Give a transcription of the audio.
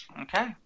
Okay